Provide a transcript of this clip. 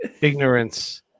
ignorance